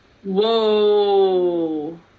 whoa